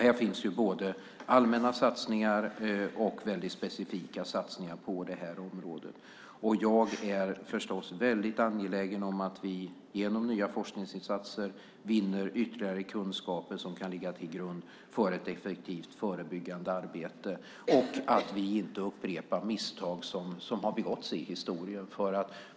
Här finns både allmänna satsningar och specifika satsningar på området. Jag är förstås väldigt angelägen om att vi genom nya forskningsinsatser vinner ytterligare kunskaper som kan ligga till grund för ett effektivt förebyggande arbete och att vi inte upprepar de misstag som har begåtts i historien.